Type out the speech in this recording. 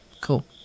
Cool